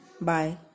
Bye